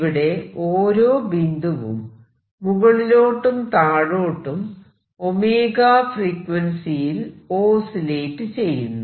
ഇവിടെ ഓരോ ബിന്ദുവും മുകളിലോട്ടും താഴോട്ടും ⍵ ഫ്രീക്വൻസി യിൽ ഓസിലേറ്റ് ചെയ്യുന്നു